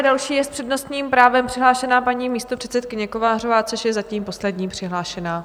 Další je s přednostním právem přihlášena paní místopředsedkyně Kovářová, což je zatím poslední přihlášená.